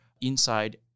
inside